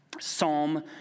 Psalm